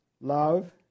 love